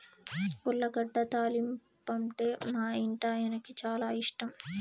ఉర్లగడ్డ తాలింపంటే మా ఇంటాయనకి చాలా ఇష్టం